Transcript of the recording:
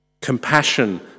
Compassion